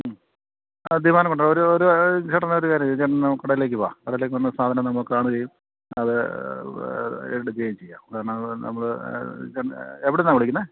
മ് തീരുമാനം കൊണ്ട് ഒരു ഒരു ചേട്ടൻ ഒരു കാര്യം ചേട്ടൻ കടയിലേക്ക് വാ കടയിലേക്ക് വന്ന് സാധനം നമുക്ക് കാണുകയും അത് ചെയ്യുകയും ചെയ്യാം കാരണം നമ്മൾ ചേട്ടൻ എവിടുന്നാ വിളിക്കുന്നത്